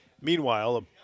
Meanwhile